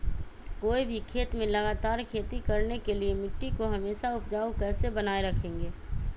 कोई भी खेत में लगातार खेती करने के लिए मिट्टी को हमेसा उपजाऊ कैसे बनाय रखेंगे?